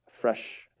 fresh